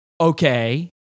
Okay